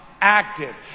active